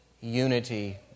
unity